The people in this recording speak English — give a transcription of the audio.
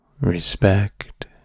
respect